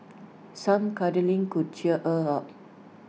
some cuddling could cheer her up